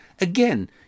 Again